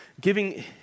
giving